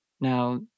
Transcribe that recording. now